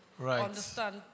understand